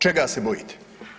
Čega se bojite?